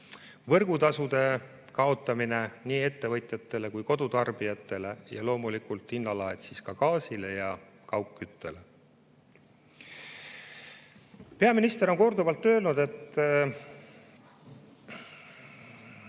võrgutasu kaotamine nii ettevõtjatele kui kodutarbijatele ja loomulikult hinnalaed gaasile ja kaugküttele. Peaminister on korduvalt öelnud, et